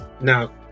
Now